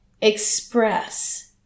express